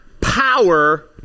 power